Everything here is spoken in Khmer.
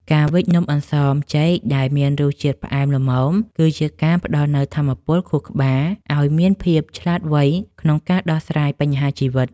ការវេចនំអន្សមចេកដែលមានរសជាតិផ្អែមល្មមគឺ ជាការផ្ដល់នូវថាមពលខួរក្បាលឱ្យមានភាពឆ្លាតវៃក្នុងការដោះស្រាយបញ្ហាជីវិត។